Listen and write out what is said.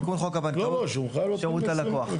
תיקון חוק הבנקאות, שירות ללקוח.